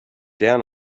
down